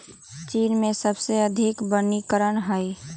चीन में सबसे अधिक वनीकरण हई